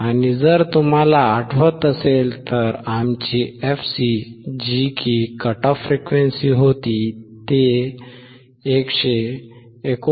आणि जर तुम्हाला आठवत असेल तर आमचे fc 159